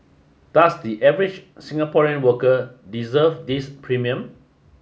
does the average Singaporean worker deserve this premium